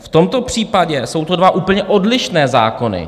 V tomto případě jsou to dva úplně odlišné zákony.